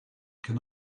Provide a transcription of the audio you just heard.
can